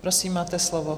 Prosím, máte slovo.